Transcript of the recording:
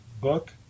book